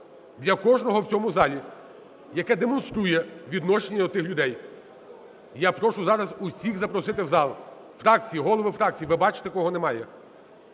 для кожного в цьому залі, яке демонструє відношення до тих людей. Я прошу зараз усіх запросити в зал. Фракції, голови фракцій, ви бачите, кого немає.